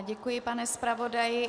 Děkuji, pane zpravodaji.